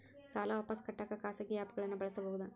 ಸಾಲ ವಾಪಸ್ ಕಟ್ಟಕ ಖಾಸಗಿ ಆ್ಯಪ್ ಗಳನ್ನ ಬಳಸಬಹದಾ?